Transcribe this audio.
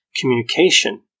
communication